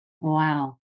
Wow